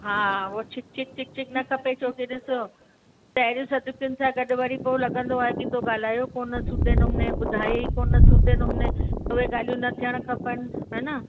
हा ओ चिक चिक चिक चिक न खपे छो की ॾिस पहिरियों सदपियुन सां गॾु वरी पोइ लॻंदो आहे की थो ॻाल्हायो कोन्ह सूदे नमूने ॿुधायई कोन्ह सूदे नंऊणे त उहे ॻाल्हायूं न थियणु खपनि हा न